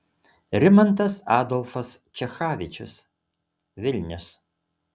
rimantas adolfas čechavičius vilnius